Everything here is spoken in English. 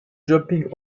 jumping